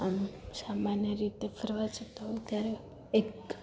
આમ સામાન્ય રીતે ફરવા જતાં હોઈ ત્યારે એક